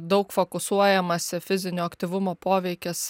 daug fokusuojamasi fizinio aktyvumo poveikis